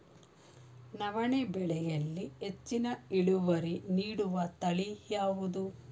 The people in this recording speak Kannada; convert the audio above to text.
ನವಣೆ ಬೆಳೆಯಲ್ಲಿ ಹೆಚ್ಚಿನ ಇಳುವರಿ ನೀಡುವ ತಳಿ ಯಾವುದು?